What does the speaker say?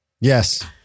Yes